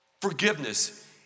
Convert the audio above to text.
Forgiveness